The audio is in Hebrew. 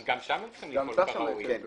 גם שם הם צריכים לפעול כראוי,